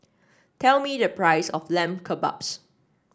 tell me the price of Lamb Kebabs